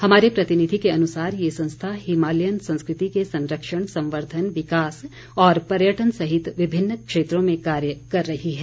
हमारे प्रतिनिधि के अनुसार ये संस्था हिमालयन संस्कृति के संरक्षण संवर्द्वन विकास और पर्यटन सहित विभिन्न क्षेत्रों में कार्य कर रही है